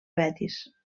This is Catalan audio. betis